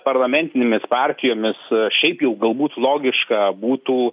parlamentinėmis partijomis šiaip jau galbūt logiška būtų